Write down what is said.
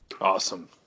awesome